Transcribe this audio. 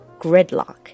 gridlock